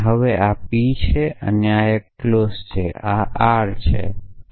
હવે આ P છે આ 1 ક્લોઝ છે આ R છે આ